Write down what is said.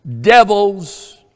devils